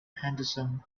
henderson